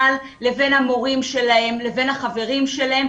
לבין המורים שלהם לבין החברים שלהם,